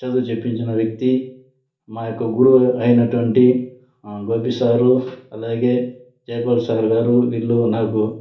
చదువు చెప్పించిన వ్యక్తి మా యొక్క గురువు అయినటువంటి గోపి సారు అలాగే జైపాల్ సార్ గారు వీళ్ళు నాకు